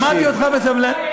שמעתי אותך בסבלנות.